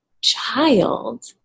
child